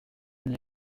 n’y